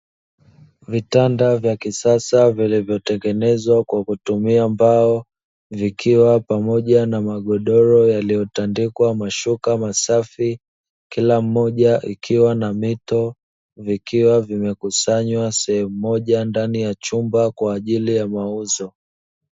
Vitanda vya kisasa vilivyotengenezwa kwa kutumia mbao vikiwa pamoja na magodoro yaliyotandikwa mashuka safi, kila mmoja ikiwa na mito ikiwa imekusanywa sehemu moja ndani ya chumba kwa ajili ya mauzo.